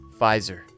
Pfizer